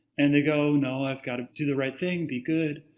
and they go, no, i've got to do the right thing, be good.